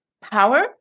power